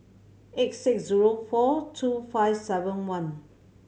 eight six zero four two five seven one